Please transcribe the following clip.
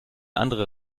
andere